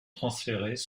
transférées